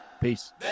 Peace